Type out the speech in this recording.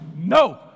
No